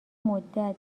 مدت